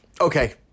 Okay